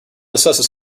assessed